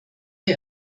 wir